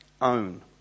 own